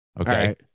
Okay